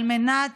על מנת